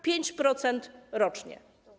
5% rocznie.